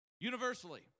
Universally